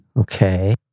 okay